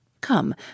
Come